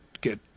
get